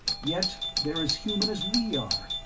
yet they're as human as we are!